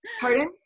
Pardon